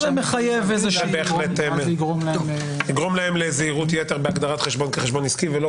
זה יגרום להם --- יגרום להם לזהירות יתר בהגדרת חשבון כחשבון עסקי ולא